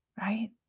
right